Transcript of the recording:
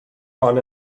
hon